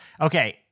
Okay